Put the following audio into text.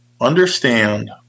Understand